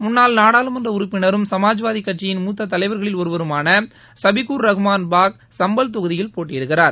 முன்னாள் நாடாளுமன்ற உறுப்பினரும் சமாஜ்வாதி கட்சியின் மூத்த தலைவர்களில் ஒருவருமான ஷபிக்குர் ரகுமான் பாக் சாம்பால் தொகுதியில் போட்டியிடுகிறார்